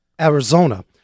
Arizona